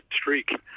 streak